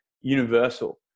universal